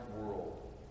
world